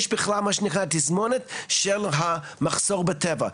יש בכלל תסמונת של המחסור בטבע.